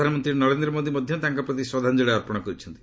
ପ୍ରଧାନମନ୍ତ୍ରୀ ନରେନ୍ଦ୍ର ମୋଦି ମଧ୍ୟ ତାଙ୍କ ପ୍ରତି ଶ୍ରଦ୍ଧାଞ୍ଜଳୀ ଅର୍ପଣ କରିଛନ୍ତି